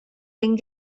den